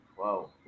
wow